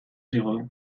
zegoen